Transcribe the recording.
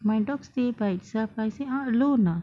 my dog stay by itself I say !huh! alone ah